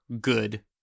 good